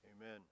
Amen